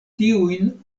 tiujn